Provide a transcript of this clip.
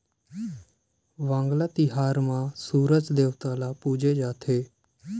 वांगला तिहार म सूरज देवता ल पूजे जाथे